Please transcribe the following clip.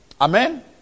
Amen